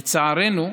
לצערנו,